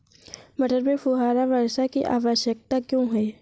मटर में फुहारा वर्षा की आवश्यकता क्यो है?